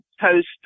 toast